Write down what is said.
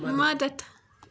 مدتھ